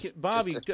Bobby